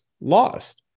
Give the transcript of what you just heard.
lost